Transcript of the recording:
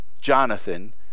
Jonathan